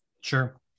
Sure